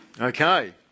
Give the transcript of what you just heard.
Okay